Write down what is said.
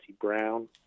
Brown